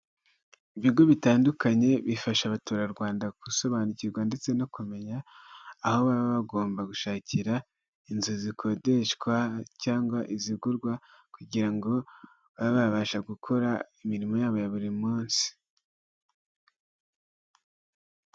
Ibigo bitandukanye bifasha abaturarwanda gusobanukirwa ndetse no kumenya aho baba bagomba gushakira inzu zikodeshwa cyangwa izigurwa, kugira ngo babe babasha gukora imirimo yabo ya buri munsi.